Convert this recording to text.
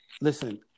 Listen